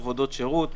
עבודות שירות,